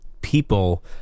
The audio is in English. people